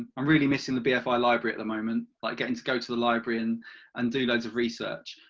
um i'm really missing the bfi library at the moment, like getting to go to the library and and do loads of research,